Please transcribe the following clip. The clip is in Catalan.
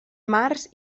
març